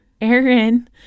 Aaron